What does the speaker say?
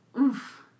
oof